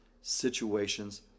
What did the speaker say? situations